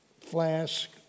flask